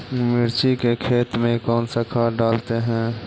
मिर्ची के खेत में कौन सा खाद डालते हैं?